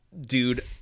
dude